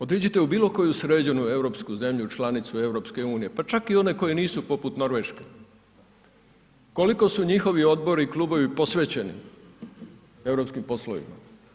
Otiđite u bilo koju sređenu zemlju članicu EU, pa čak i one koje nisu poput Norveške, koliko su njihovi odbori i klubovi posvećeni europskim poslovima.